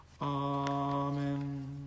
Amen